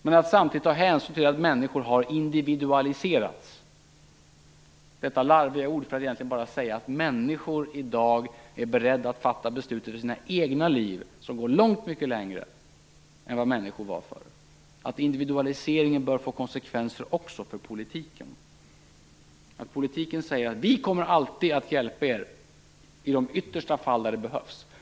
Men samtidigt måste vi ta hänsyn till att människor har individualiserats - detta larviga ord som används bara för att säga att människor i dag är beredda att fatta beslut om sina egna liv i långt större uträckning än vad människor var förr. Individualiseringen bör få konsekvenser också för politiken. Politikerna säger: Vi kommer alltid att hjälpa er i de yttersta fall där det behövs.